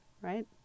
right